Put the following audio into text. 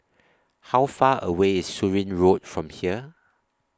How Far away IS Surin Road from here